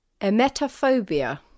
emetophobia